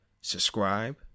subscribe